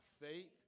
faith